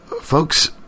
folks